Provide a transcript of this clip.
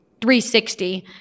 360